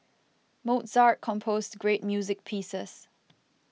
Mozart composed great music pieces